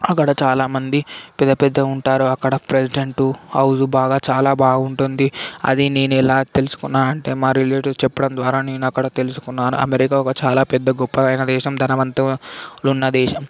అక్కడ చాలా మంది పెద్ద పెద్దగా ఉంటారు అక్కడ ప్రెసిడెంటు హౌస్ బాగా చాలా బాగుంటుంది అది నేనెలా తెలుసుకున్నాను అంటే మా రిలేటీవ్స్ చెప్పడం ద్వారా నేనక్కడ తెలుసుకున్నాను అమెరికా ఒక చాలా పెద్ద గొప్పదైన దేశం ధనవంతులున్న దేశం